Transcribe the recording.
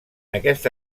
aquesta